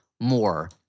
more